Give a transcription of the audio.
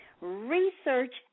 research